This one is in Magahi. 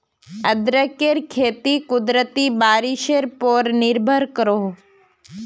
अदरकेर खेती कुदरती बारिशेर पोर निर्भर करोह